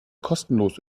kostenlos